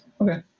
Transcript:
Okay